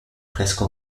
presque